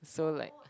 so like